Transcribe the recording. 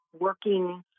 working